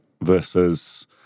versus